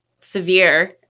severe